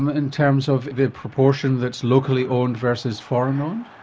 in terms of the proportion that's locally owned versus foreign-owned?